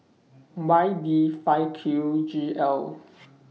Y D five Q G L